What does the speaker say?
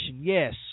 Yes